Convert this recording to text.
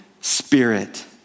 spirit